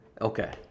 Okay